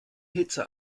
hitze